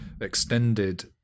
extended